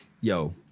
yo